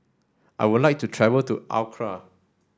I would like to travel to Accra